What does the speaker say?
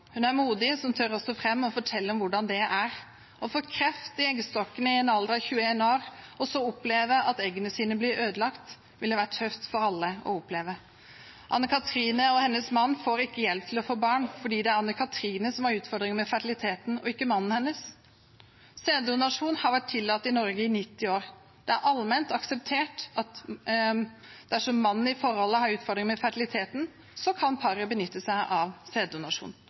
Hun er modig som tør å stå fram og fortelle om hvordan det er. Å få kreft i eggstokkene i en alder av 21 år og så oppleve at eggene sine blir ødelagt ville vært tøft for alle å oppleve. Anne Katrine og hennes mann får ikke hjelp til å få barn fordi det er Anne Katrine som har utfordringer med fertiliteten, og ikke mannen hennes. Sæddonasjon har vært tillatt i Norge i 90 år. Det er allment akseptert at dersom mannen i forholdet har utfordringer med fertiliteten, kan paret benytte seg av sæddonasjon,